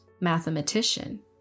mathematician